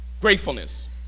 Gratefulness